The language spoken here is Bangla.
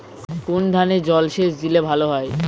ধানে কোন জলসেচ দিলে ভাল হয়?